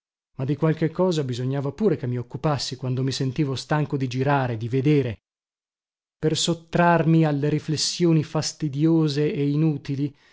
ma di qualche cosa bisognava pure che mi occupassi quando mi sentivo stanco di girare di vedere per sottrarmi alle riflessioni fastidiose e inutili